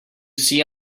see